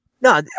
no